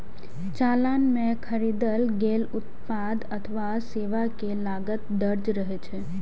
चालान मे खरीदल गेल उत्पाद अथवा सेवा के लागत दर्ज रहै छै